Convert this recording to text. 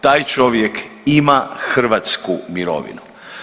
Taj čovjek ima hrvatsku mirovinu.